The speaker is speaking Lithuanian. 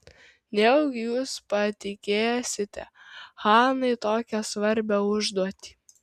nejaugi jūs patikėsite hanai tokią svarbią užduotį